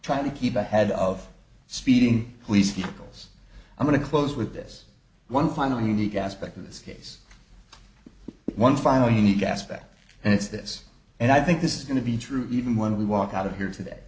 trying to keep ahead of speeding police vehicles i'm going to close with this one final unique aspect of this case one final unique aspect and it's this and i think this is going to be true even when we walk out of here today